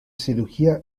cirugía